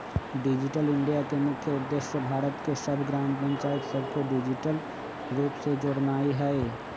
digital India के मुख्य उद्देश्य भारत के सभ ग्राम पञ्चाइत सभके डिजिटल रूप से जोड़नाइ हइ